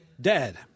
dead